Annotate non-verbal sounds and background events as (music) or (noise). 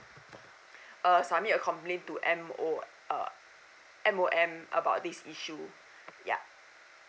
(breath) uh submit a complaint to M_O uh M_O_M about this issue (breath) yeah